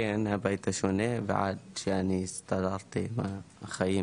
ס': כן ה"בית השונה" ועד שאני הסתדרתי עם החיים